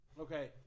Okay